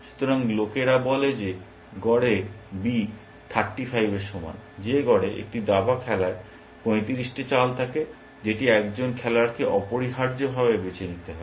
সুতরাং লোকেরা বলে যে গড়ে b 35 এর সমান যে গড়ে একটি দাবা খেলায় 35টি চাল থাকে যেটি একজন খেলোয়াড়কে অপরিহার্যভাবে বেছে নিতে হয়